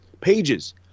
pages